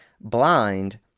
blind